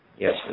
Yes